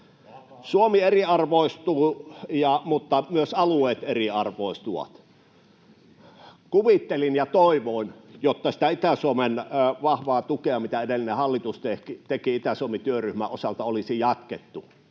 Suomi eriarvoistuu, mutta myös alueet eriarvoistuvat. Kuvittelin ja toivoin, että sitä Itä-Suomen vahvaa tukea, mitä edellinen hallitus teki Itä-Suomi-työryhmän osalta, olisi jatkettu